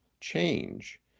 change